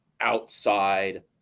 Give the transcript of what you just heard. outside